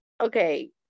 Okay